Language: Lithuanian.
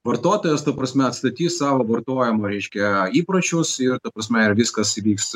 vartotojas ta prasme atstatys savo vartojimo reiškia įpročius ir ta prasme ir viskas įvyks